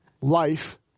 life